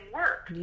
work